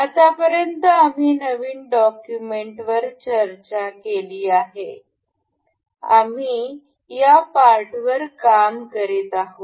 आतापर्यंत आम्ही नवीन डॉक्युमेंटवर चर्चा केली आहे आम्ही या पार्टवर काम करीत होतो